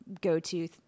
go-to